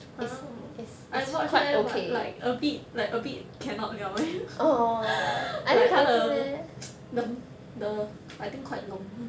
I watched eh but like a bit like a bit cannot 了 eh like 他的 the the I think quite long